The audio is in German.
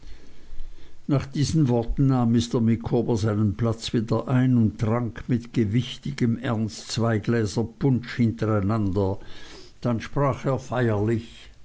nach diesen worten nahm mr micawber seinen platz wieder ein und trank mit gewichtigem ernst zwei gläser punsch hintereinander dann sprach er feierlich